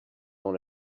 dans